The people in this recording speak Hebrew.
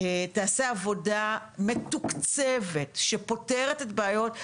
תיעשה עבודה מתוקצבת שפותרת את הבעיות.